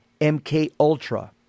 MKUltra